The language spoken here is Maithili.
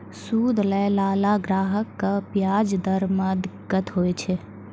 सूद लैय लाला ग्राहक क व्याज दर म दिक्कत होय छै